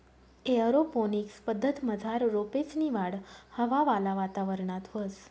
aeroponics पद्धतमझार रोपेसनी वाढ हवावाला वातावरणात व्हस